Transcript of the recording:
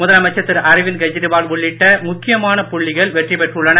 முதலமைச்சர் திரு அரவிந்த் கெஜ்ரிவால் உள்ளிட்ட முக்கியமான புள்ளிகள் வெற்றி பெற்றுள்ளனர்